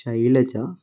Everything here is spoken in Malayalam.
ഷൈലജ